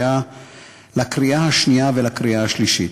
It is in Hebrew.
לקריאה שנייה ולקריאה שלישית.